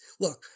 look